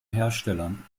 herstellern